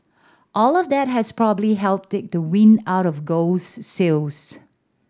all of that has probably helped take the wind out of gold's sails